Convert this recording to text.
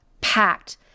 packed